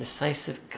decisive